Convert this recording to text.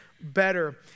better